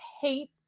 hate